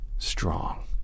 strong